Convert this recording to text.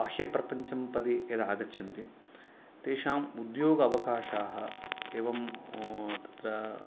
बाह्यप्रपञ्चं प्रति यदागच्छन्ति तेषाम् उद्योगावकाशाः एवं तत्र